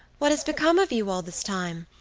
what has become of you all this time?